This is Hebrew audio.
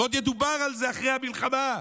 ועוד ידובר על זה אחרי המלחמה,